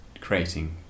creating